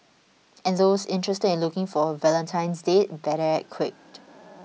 and those interested in looking for a valentine's date better act quick